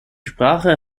sprache